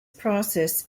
process